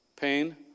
pain